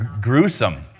gruesome